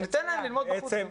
ניתן להם ללמוד בחוץ.